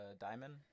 Diamond